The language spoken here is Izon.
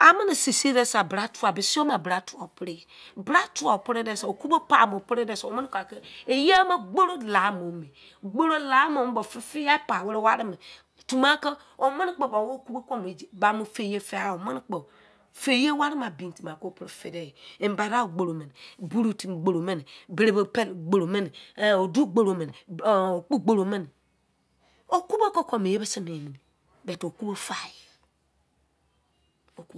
A mẹnẹ sei sei dẹsẹ bra tuwa bise yọụ ma bra tuwa wọ preyọ bra tuwa wọ pre dem self wọ ma okuba paimo wo pre demself iye ma gboro mọ lamọ fẹ fiai wo mẹnẹ kpo ba wo no okuba kẹ ba fẹ yẹ fiyạ, fẹyẹ warẹ bạin wọ prẹ fẹ de yẹ imbadaga gboro mẹnẹ ehn odu gboro mẹnẹ okpọ gboro mẹnẹ okubo ke mẹ iye b sẹ mien mene but okubo